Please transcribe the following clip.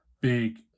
big